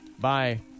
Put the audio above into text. Bye